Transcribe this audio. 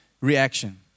reaction